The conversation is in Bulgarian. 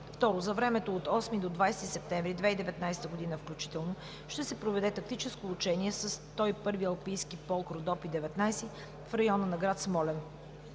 Трето, за времето от 8 до 20 септември 2019 г. включително ще се проведе тактическо учение със 101-ви Алпийски полк „Родопи – 2019 г.“ в района на град Смолян.